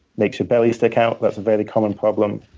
makes your belly stick out, that's a very common problem.